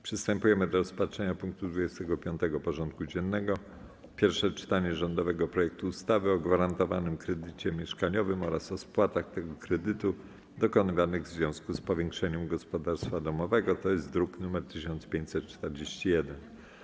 Przystępujemy do rozpatrzenia punktu 25. porządku dziennego: Pierwsze czytanie rządowego projektu ustawy o gwarantowanym kredycie mieszkaniowym oraz o spłatach tego kredytu dokonywanych w związku z powiększeniem gospodarstwa domowego (druk nr 1541)